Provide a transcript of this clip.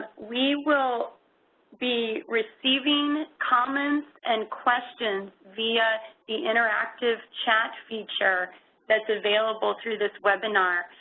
we will be receiving comments and questions via the interactive chat feature that is available through this webinar,